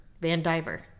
Vandiver